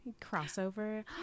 Crossover